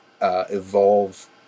evolve